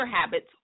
habits